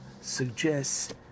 suggests